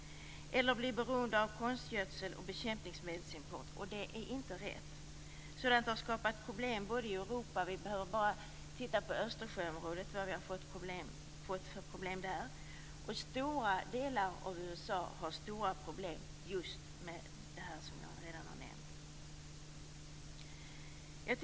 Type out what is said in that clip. Detta är inte rätt. Sådant har skapat problem i Europa - vi behöver bara se på vilka problem vi har fått i Östersjöområdet. Även stora delar av USA har problem av det här slaget.